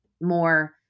more